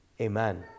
Amen